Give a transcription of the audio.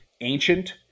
Ancient